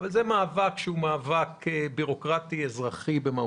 אבל זה מאבק שהוא מאבק בירוקרטי אזרחי במהותו.